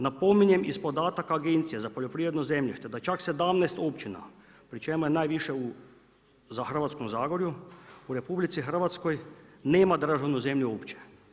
Napominjem iz podataka Agencije za poljoprivredno zemljište da čak 17 općina pri čemu je najviše u Hrvatskom zagorju u RH nema državnu zemlju uopće.